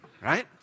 Right